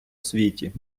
світі